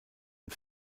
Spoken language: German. und